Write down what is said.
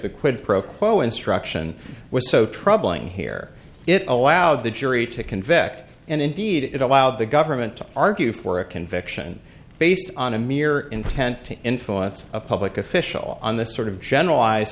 the quid pro quo instruction was so troubling here it allowed the jury to convict and indeed it allowed the government to argue for a conviction based on a mere intent to influence a public official on the sort of generalize